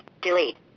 Delete